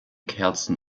kerzen